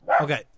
Okay